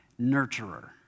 nurturer